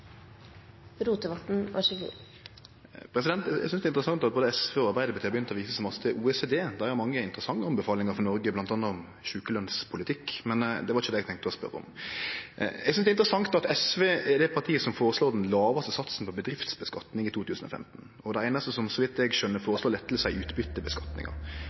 å vise så mykje til OECD. Dei har mange interessante anbefalingar til Noreg, bl.a. om sjukelønspolitikk. Men det var ikkje det eg hadde tenkt å spørje om. Eg synest det er interessant at SV er det partiet som føreslår den lågaste satsen på bedriftsskattlegging i 2015, og at dei er dei einaste som – så vidt eg skjøner – føreslår lettar i